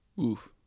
Oof